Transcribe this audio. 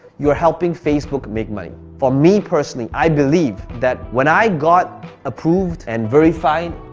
you're helping facebook make money. for me personally, i believe that when i got approved and verified,